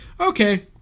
okay